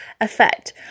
effect